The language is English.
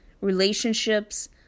relationships